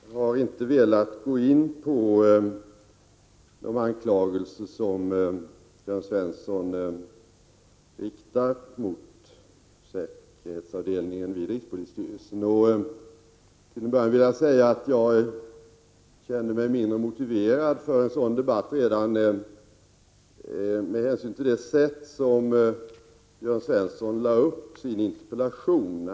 Herr talman! Jag har inte velat gå in på de anklagelser som Jörn Svensson riktar mot säkerhetsavdelningen vid rikspolisstyrelsen. Jag vill här inledningsvis säga att jag känner mig mindre motiverad för en sådan debatt redan med hänsyn till det sätt på vilket Jörn Svensson lade upp sin interpellation.